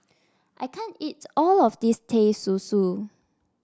I can't eat all of this Teh Susu